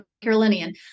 Carolinian